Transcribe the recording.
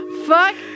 Fuck